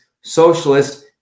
socialist